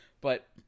But-